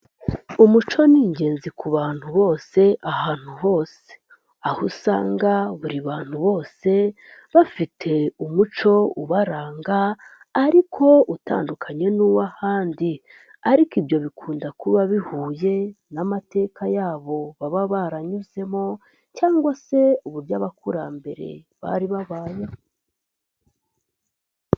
Umuco ni ingenzi ku bantu bose ahantu hose. Aho usanga buri bantu bose bafite umuco ubaranga ariko utandukanye n'uw'ahandi, ariko ibyo bikunda kuba bihuye n'amateka yabo baba baranyuzemo, cyangwa se uburyo abakurambere bari babayeho.